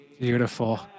Beautiful